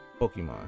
pokemon